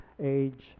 age